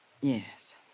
Yes